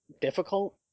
difficult